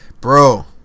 bro